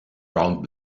round